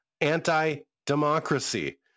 anti-democracy